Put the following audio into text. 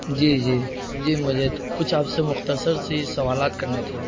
جی جی جی مجھے کچھ آپ سے مختصر سی سوالات کرنے تھے